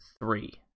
three